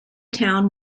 town